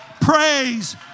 Praise